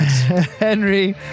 Henry